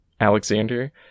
Alexander